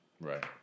Right